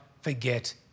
forget